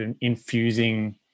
infusing